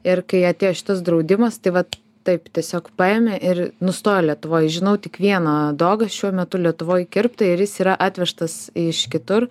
ir kai atėjo šitas draudimas tai vat taip tiesiog paėmė ir nustojo lietuvoj žinau tik vieną dogą šiuo metu lietuvoj kirptą ir jis yra atvežtas iš kitur